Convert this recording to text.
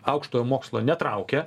aukštojo mokslo netraukia